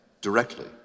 directly